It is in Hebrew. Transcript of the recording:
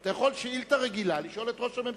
אתה יכול לשאול שאילתא רגילה את ראש הממשלה.